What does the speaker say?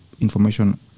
information